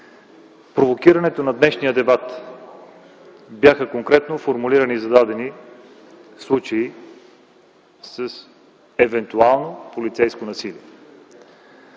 Провокирането на днешния дебат бяха конкретно формулирани и зададени случаи с евентуално полицейско насилие.